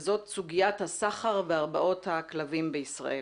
וזאת סוגיית הסחר והרבעות הכלבים בישראל.